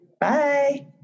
Bye